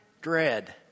dread